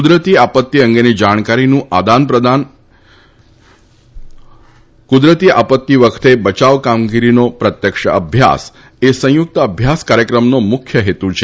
કુદરતી આપાત્તી અંગેની જાણકારીનું આદાન પ્રદાન આપતી વખતે વચાવ કામગીરીનો પ્રત્યક્ષ અભ્યાસ એ સંયુક્ત અભ્યાસ કાર્યક્રમનો મુખ્ય હેતુ છે